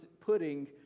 putting